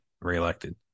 reelected